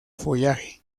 follaje